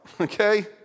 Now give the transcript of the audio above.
okay